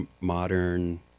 modern